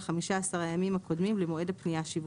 15 הימים הקודמים למועד הפנייה השיווקית.